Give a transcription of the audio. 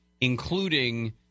including